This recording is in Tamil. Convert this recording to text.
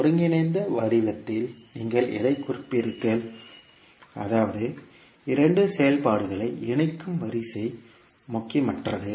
ஒருங்கிணைந்த வடிவத்தில் நீங்கள் எதைக் குறிப்பீர்கள் அதாவது இரண்டு செயல்பாடுகளை இணைக்கும் வரிசை முக்கியமற்றது